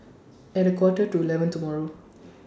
At Quarter to eleven tomorrow